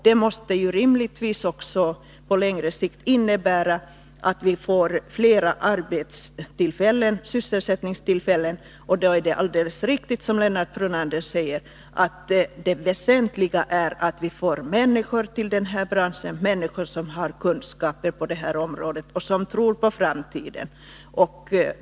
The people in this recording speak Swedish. Det måste rimligtvis också på längre sikt innebära att vi får fler sysselsättningstillfällen, och då är det alldeles riktigt som Lennart Brunander säger att det väsentliga är att vi får människor till den här branschen, människor som har kunskaper på detta område och som tror på framtiden.